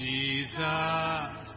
Jesus